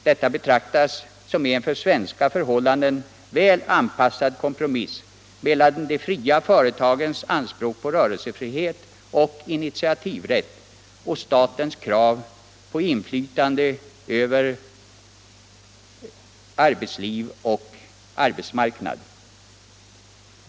Detta betraktas som en för svenska förhållanden väl anpassad kompromiss mellan de fria företagens anspråk på rörelsefrihet och initiativrätt och statens krav på inflytande över arbetsliv och arbetsmarknad.